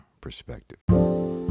perspective